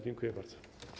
Dziękuję bardzo.